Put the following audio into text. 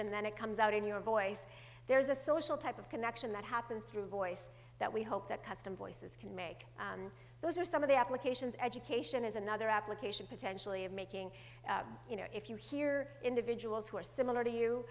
and then it comes out in your voice there's a social type of connection that happens through voice that we hope that custom voices can make those are some of the applications education is another application potentially of making you know if you hear individuals who are similar to you